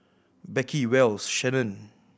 Beckie Wells Shannen